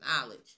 knowledge